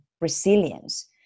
resilience